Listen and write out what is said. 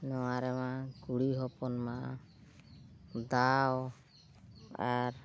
ᱱᱚᱶᱟ ᱨᱮᱢᱟ ᱠᱩᱲᱤ ᱦᱚᱯᱚᱱ ᱢᱟ ᱫᱟᱣ ᱟᱨ